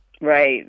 Right